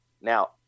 now